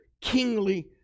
kingly